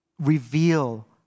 reveal